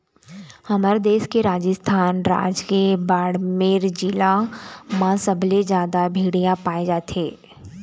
हमर देश के राजस्थान राज के बाड़मेर जिला म सबले जादा भेड़िया पाए जाथे